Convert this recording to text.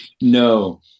no